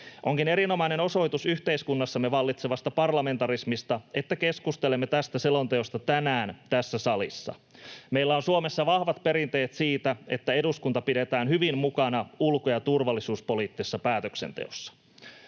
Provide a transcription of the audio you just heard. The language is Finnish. Onkin erinomainen osoitus yhteiskunnassamme vallitsevasta parlamentarismista, että keskustelemme tästä selonteosta tänään tässä salissa. Meillä on Suomessa vahvat perinteet siitä, että eduskunta pidetään hyvin mukana ulko‑ ja turvallisuuspoliittisessa päätöksenteossa.